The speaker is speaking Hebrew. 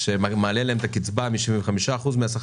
שמעלה להם את הקצבה מ-75 אחוזים מהשכר